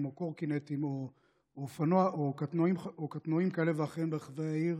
או קורקינטים או קטנועים כאלה ואחרים ברחבי העיר,